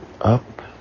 up